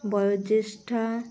বয়োজ্যেষ্ঠা